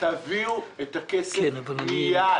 תביאו את הכסף מייד,